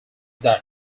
that